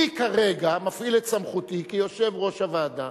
אני כרגע מפעיל את סמכותי כיושב-ראש הוועדה,